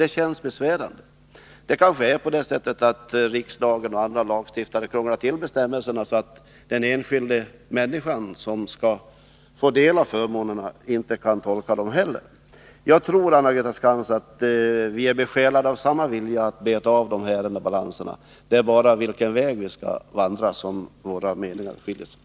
Det är kanske på det sättet att riksdagen och andra krånglar till bestämmelserna, så att den enskilda människan, som skall få del av förmånerna, inte heller kan tolka dem. Jag tror, Anna-Greta Skantz, att vi är besjälade av samma vilja att beta av ärendebalanserna. Det är bara när det gäller vilken väg vi skall vandra för att nå målet som våra meningar skiljer sig.